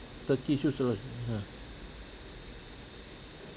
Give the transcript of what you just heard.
turkish use a lot (uh huh)